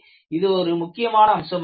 இது ஒரு முக்கியமான அம்சமாகும்